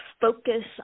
focus